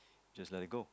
just let it go